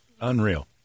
unreal